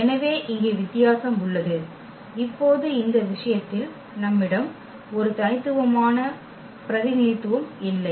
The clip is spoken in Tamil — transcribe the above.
எனவே இங்கே வித்தியாசம் உள்ளது இப்போது இந்த விஷயத்தில் நம்மிடம் ஒரு தனித்துவமான பிரதிநிதித்துவம் இல்லை